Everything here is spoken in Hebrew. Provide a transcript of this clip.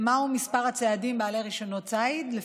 מהו מספר הציידים בעלי רישיונות ציד?